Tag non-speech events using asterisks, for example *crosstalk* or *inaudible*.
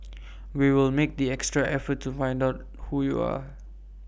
*noise* we will make the extra effort to find out who you are